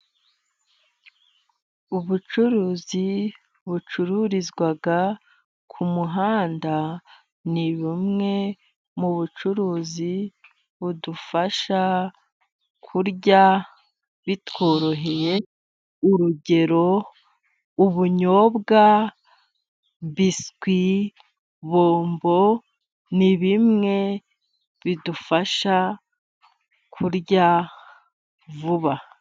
Ubucuruzi bucururizwa ku muhanda ni bumwe mu bucuruzi budufasha kurya bitworoheye urugero:ubunyobwa, biswi ,bombo, ni bimwe bidufasha kurya vuba.